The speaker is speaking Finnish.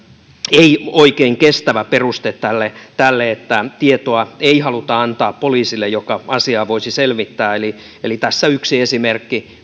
ei ole oikein kestävä peruste tälle tälle että tietoa ei haluta antaa poliisille joka asiaa voisi selvittää eli eli tässä yksi esimerkki